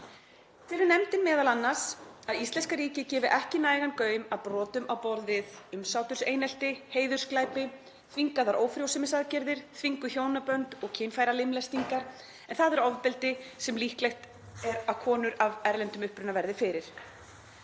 Telur nefndin m.a. að íslenska ríkið gefi ekki nægan gaum að brotum á borð við umsáturseinelti, heiðursglæpi, þvingaðar ófrjósemisaðgerðir, þvinguð hjónabönd og kynfæralimlestingar, en það er ofbeldi sem líklegt er að konur af erlendum uppruna verði fyrir.